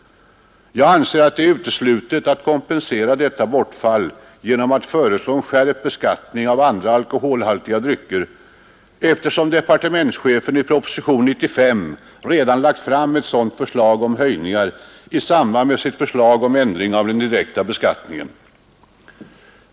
Jag anser det uteslutet att kompensera detta bortfall genom att föreslå en skärpt beskattning av andra alkoholhaltiga drycker, eftersom departementschefen i propositionen 95 redan lagt fram ett sådant förslag i samband med sitt förslag om ändring av den direkta beskattningen.